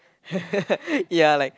ya like